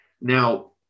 now